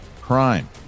Crime